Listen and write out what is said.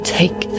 take